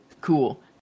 cool